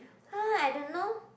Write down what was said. [huh] I don't know